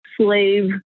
slave